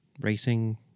racing